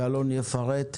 ואלון טל יפרט,